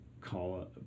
call